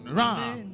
run